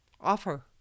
offer